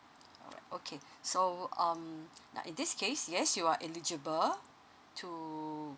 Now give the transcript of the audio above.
alright okay so um now in this case yes you are eligible to